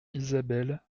isabelle